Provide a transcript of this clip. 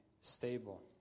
stable